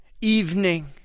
evening